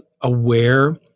aware